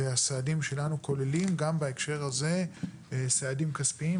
הסעדים שלנו כוללים גם בהקשר הזה סעדים כספיים,